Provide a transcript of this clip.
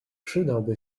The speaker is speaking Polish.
przydałby